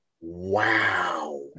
wow